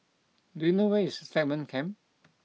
do you know where is Stagmont Camp